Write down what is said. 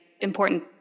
important